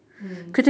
mm